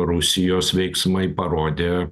rusijos veiksmai parodė